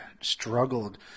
struggled